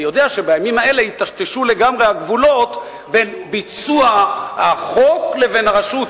אני יודע שבימים אלה היטשטשו לגמרי הגבולות בין ביצוע החוק לבין הרשות,